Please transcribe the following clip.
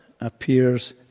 appears